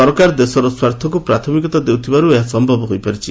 ସରକାର ଦେଶର ସ୍ୱାର୍ଥକ୍ ପ୍ରାଥମିକତା ଦେଉଥିବାରୁ ଏହା ସମ୍ଭବ ହୋଇପାରିଛି